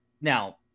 now